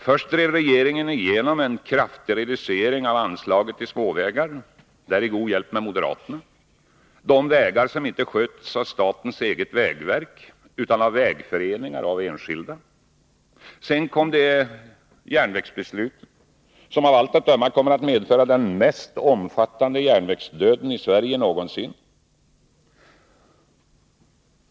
Först drev regeringen — därvid med god hjälp av moderaterna — igenom en kraftig reducering av anslagen till sådana småvägar som inte sköts av statens eget vägverk utan av vägföreningar och enskilda. Sedan kom järnvägsbeslutet, som av allt att döma kommer att medföra den mest omfattande järnvägsdöden i Sverige någonsin.